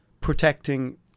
protecting